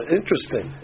interesting